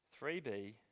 3B